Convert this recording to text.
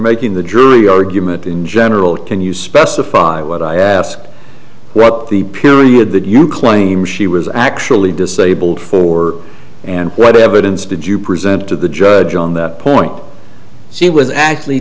making the jury argument in general can you specify what i asked you what the period that you claim she was actually disabled for and what evidence did you present to the judge on that point she was actually